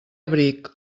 abric